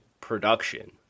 production